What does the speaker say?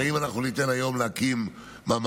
הרי אם אנחנו ניתן היום להקים ממ"ד,